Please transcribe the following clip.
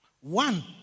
One